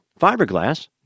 fiberglass